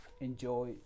enjoy